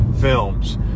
films